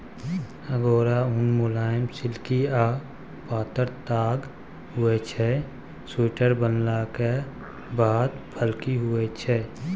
अगोरा उन मुलायम, सिल्की आ पातर ताग होइ छै स्वेटर बनलाक बाद फ्लफी होइ छै